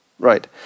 Right